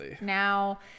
now